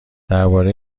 درباره